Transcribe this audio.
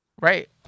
Right